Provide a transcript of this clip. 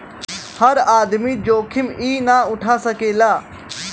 हर आदमी जोखिम ई ना उठा सकेला